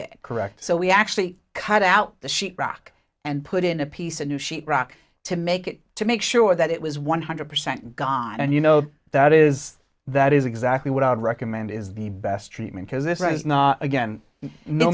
it correct so we actually cut out the sheet rock and put in a piece of new sheet rock to make it to make sure that it was one hundred percent gone and you know that is that is exactly what i would recommend is the best treatment because this is not again